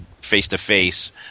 face-to-face